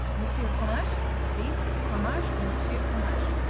monsieur fromage see fromage de monsieur fromage.